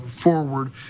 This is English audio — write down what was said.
forward